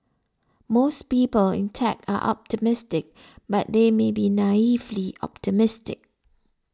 most people in tech are optimistic but they may be naively optimistic